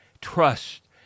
trust